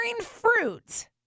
fruit